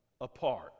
apart